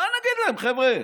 מה נגיד להם: חבר'ה,